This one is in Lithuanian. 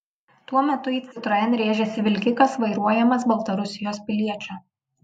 tuo metu į citroen rėžėsi vilkikas vairuojamas baltarusijos piliečio